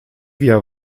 via